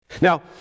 Now